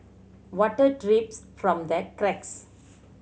water drips from the cracks